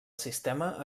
sistema